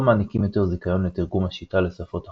מעניקים יותר זיכיון לתרגום השיטה לשפות אחרות,